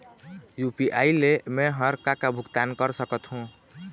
UPI ले मे हर का का भुगतान कर सकत हो?